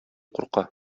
курка